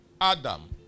adam